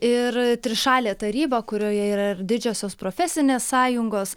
ir trišalė taryba kurioje yra ir didžiosios profesinės sąjungos